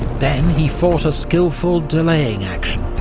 then he fought a skilful delaying action,